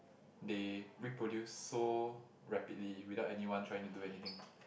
they reproduce so rapidly without anyone trying to doing anything